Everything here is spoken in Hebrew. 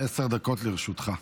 עשר דקות לרשותך.